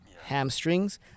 Hamstrings